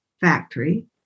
factory